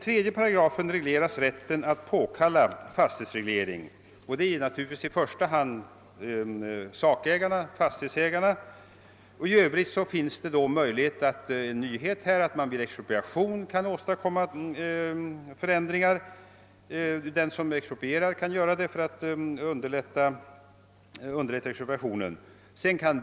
3 § innehåller bestämmelser om rätten att påkalla fastighetsreglering. En sådan rätt tillkommer naturligtvis i första hand sakägarna-fastighetsägarna. En nyhet är att den som begär expropriation kan påkalla fastighetsreglering för att underlätta expropriationen.